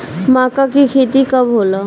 माका के खेती कब होला?